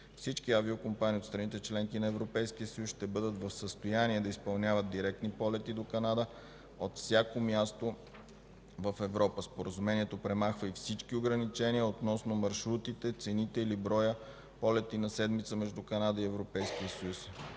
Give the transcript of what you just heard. Всички авиокомпании от страните – членки на Европейския съюз ще бъдат в състояние да изпълняват директни полети до Канада от всяко място в Европа. Споразумението премахва и всички ограничения относно маршрутите, цените или броя полети на седмица между Канада и Европейския съюз.